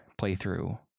playthrough